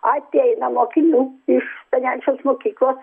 ateina mokinių iš stanevičiaus mokyklos